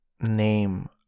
name